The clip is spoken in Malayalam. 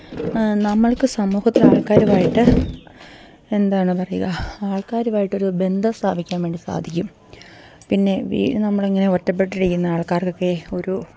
നമുക്ക് സമൂഹത്തില് ആൾക്കാരുമായിട്ട് എന്താണ് പറയുക ആൾക്കാരുമായിട്ടൊരു ബന്ധം സ്ഥാപിക്കാൻ വേണ്ടി സാധിക്കും പിന്നെ നമ്മളിങ്ങനെ ഒറ്റപ്പെട്ടിരിക്കുന്ന ആൾക്കാർക്കൊക്കെ ഒരു